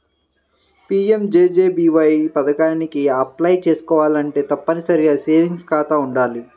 PMJJBY పథకానికి apply చేసుకోవాలంటే తప్పనిసరిగా సేవింగ్స్ ఖాతా వుండాలి